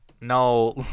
No